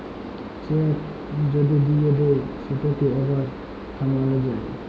cheque যদি দিঁয়ে দেই সেটকে আবার থামাল যায়